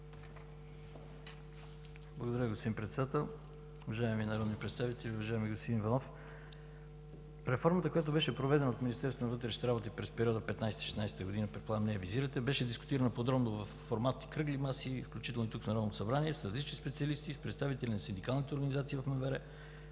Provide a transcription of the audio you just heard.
Благодаря, господин Председател. Уважаеми народни представители, уважаеми господин Иванов! Реформата, проведена от Министерство на вътрешните работи през периода 2015 – 2016 г. – предполагам нея визирате, беше дискутирано подробно във формат кръгли маси, включително тук в Народното събрание с различни специалисти, с представители на синдикалните организации в МВР,